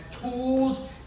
tools